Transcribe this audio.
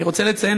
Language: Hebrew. אני רוצה לציין,